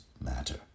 matter